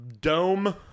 dome